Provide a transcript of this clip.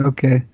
Okay